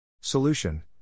Solution